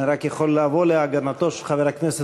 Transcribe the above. אני רק יכול לבוא להגנתו של חבר הכנסת